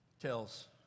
tells